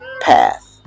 path